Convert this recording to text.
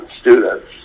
students